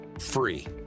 free